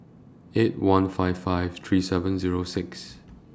eight one five five three seven Zero six